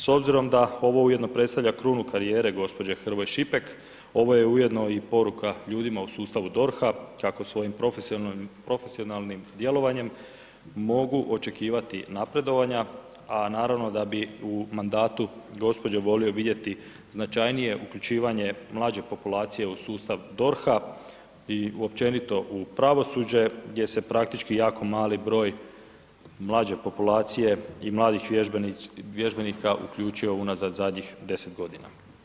S obzirom da ovo ujedno predstavlja krunu karijere gđe. Hrvoj Šipek, ovo je ujedno i poruka ljudima u sustavu DORH-a kako svojim profesionalnim djelovanjem mogu očekivati napredovanja a naravno da bi u mandatu gospođe volio vidjeti značajnije uključivanje mlađe populacije u sustav DORH-a i općenito u pravosuđe gdje se praktički jako malo broj mlađe populacije i mladih vježbenika uključio unazad zadnjih 10 godina.